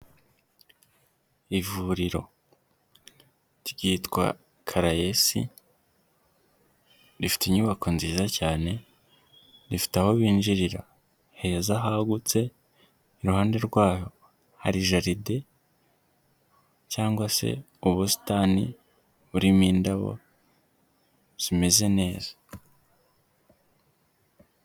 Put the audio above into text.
Ivuriro ryitwa karayesi rifite inyubako nziza cyane rifite aho binjirira heza hagutse, iruhande rwaho hari jaride cyangwa se ubusitani burimo indabo zimeze neza.